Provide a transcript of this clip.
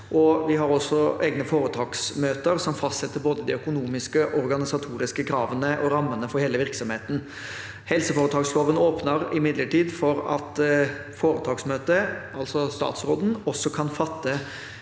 Vi har også egne foretaksmøter som fastsetter både de økonomiske og organisatoriske kravene og rammene for hele virksomheten. Helseforetaksloven åpner imidlertid for at foretaksmøtet, altså statsråden, også kan fatte